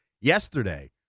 Yesterday